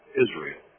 Israel